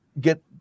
get